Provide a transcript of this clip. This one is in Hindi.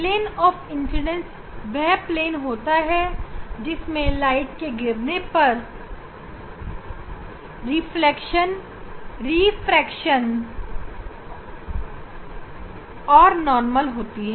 प्लेन ऑफ इंसिडेंट वह प्लेन होता है जिसमें प्रकाश के गिरने पर रिफ्लेक्शन रिफ्रैक्शन और नॉर्मल होती है